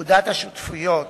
פקודת השותפויות,